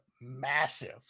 massive